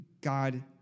God